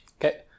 okay